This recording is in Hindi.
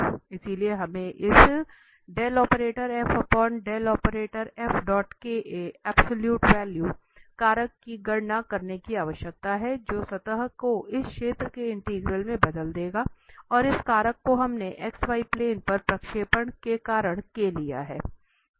इसलिए हमें इस कारक की गणना करने की आवश्यकता है जो सतह को इस क्षेत्र के इंटीग्रल में बदल देगा और इस कारक को हमने xy प्लेन पर प्रक्षेपण के कारण लिया है